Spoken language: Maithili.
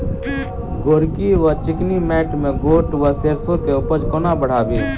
गोरकी वा चिकनी मैंट मे गोट वा सैरसो केँ उपज कोना बढ़ाबी?